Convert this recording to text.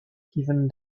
even